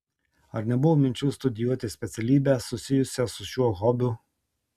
ar nebuvo minčių studijuoti specialybę susijusią su šiuo hobiu